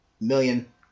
million